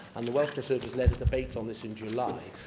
and the welsh conservatives led a debate on this in july.